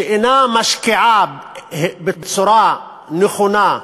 שאינה משקיעה בצורה נכונה,